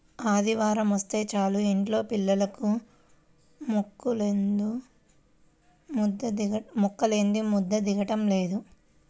ఆదివారమొస్తే చాలు యింట్లో పిల్లలకు ముక్కలేందే ముద్ద దిగటం లేదు